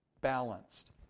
balanced